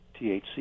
THC